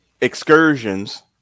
excursions